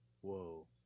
Whoa